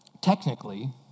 technically